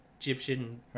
Egyptian